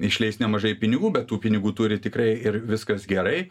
išleis nemažai pinigų bet tų pinigų turi tikrai ir viskas gerai